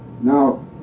now